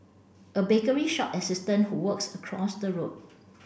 a bakery shop assistant who works across the road